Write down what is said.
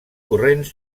corrents